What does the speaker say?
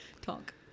Talk